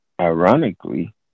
Ironically